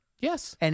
Yes